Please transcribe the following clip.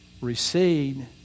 recede